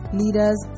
leaders